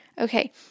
okay